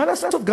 מה לעשות, גם